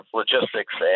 logistics